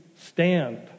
stand